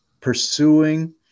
pursuing